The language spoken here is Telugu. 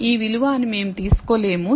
ఈ విలువ అని మేము తీసుకోలేము